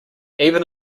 even